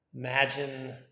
Imagine